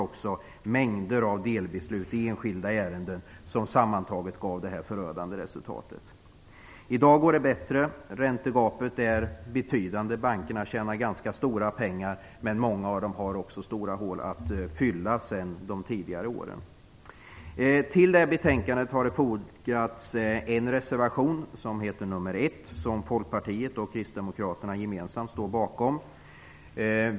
Mängder av delbeslut i enskilda ärenden har också bidragit till det här förödande resultatet. I dag går det bättre. Räntegapet är betydande. Bankerna tjänar ganska stora pengar, men många har också stora hål att fylla sedan de tidigare åren. Till betänkandet har fogats en reservation nummer 1, som Folkpartiet och Kristdemokraterna gemensamt står bakom.